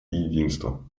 единства